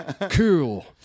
cool